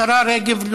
השרה רגב,